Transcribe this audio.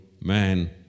man